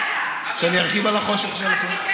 שאני ארחיב על החושך שלכם?